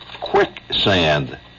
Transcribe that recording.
Quicksand